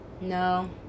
no